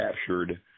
captured